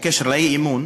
בעניין האי-אמון,